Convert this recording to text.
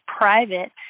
private